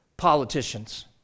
politicians